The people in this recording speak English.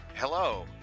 Hello